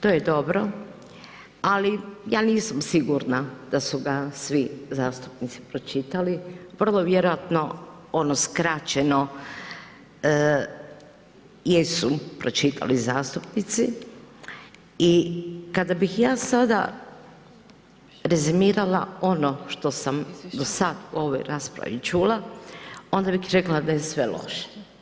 To je dobro, ali ja nisam sigurna da su ga svi zastupnici pročitali, vrlo vjerojatno ono skraćeno jesu pročitali zastupnici i kada bih ja sada rezimirala ono što sam do sad u ovoj raspravi čula onda bih rekla da je sve loše.